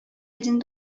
один